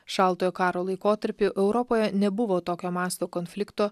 šaltojo karo laikotarpy europoje nebuvo tokio masto konflikto